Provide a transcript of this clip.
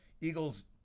Eagles